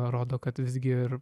rodo kad visgi ir